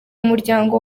muryango